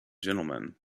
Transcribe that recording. gentlemen